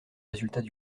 résultats